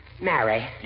marry